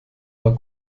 war